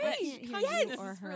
yes